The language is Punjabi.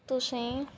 ਤੁਸੀਂ